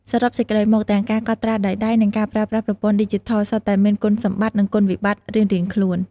សរុបសេចក្តីមក ទាំងការកត់ត្រាដោយដៃ និងការប្រើប្រាស់ប្រព័ន្ធឌីជីថល សុទ្ធតែមានគុណសម្បត្តិ និងគុណវិបត្តិរៀងៗខ្លួន។